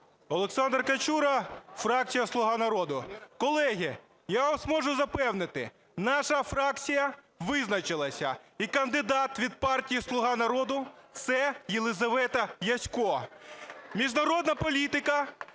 Олександр Качура, фракція "Слуга народу". Колеги, я вас можу запевнити, наша фракція визначилася і кандидат від партії "Слуга народу" – це Єлизавета Ясько. Міжнародна політика